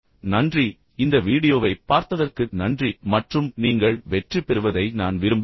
நன்றி இந்த வீடியோவைப் பார்த்ததற்கு நன்றி மற்றும் நீங்கள் வெற்றி பெறுவதை நான் விரும்புகிறேன்